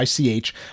ICH